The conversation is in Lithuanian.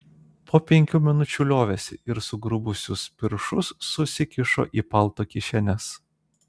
po penkių minučių liovėsi ir sugrubusius piršus susikišo į palto kišenes